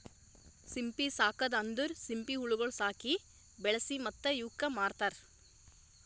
ಸಿಂಪಿ ಸಾಕದ್ ಅಂದುರ್ ಸಿಂಪಿ ಹುಳಗೊಳ್ ಸಾಕಿ, ಬೆಳಿಸಿ ಮತ್ತ ಇವುಕ್ ಮಾರ್ತಾರ್